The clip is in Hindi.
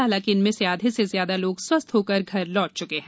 हालांकि इनमें से आधे से ज्यादा लोग स्वस्थ होकर घर लौट चुके हैं